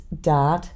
dad